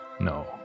No